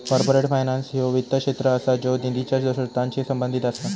corporate finance ह्यो वित्त क्षेत्र असा ज्यो निधीच्या स्त्रोतांशी संबंधित असा